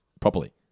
Properly